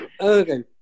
Okay